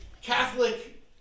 Catholic